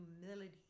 humility